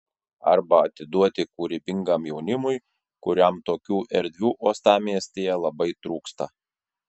arba atiduoti kūrybingam jaunimui kuriam tokių erdvių uostamiestyje labai trūksta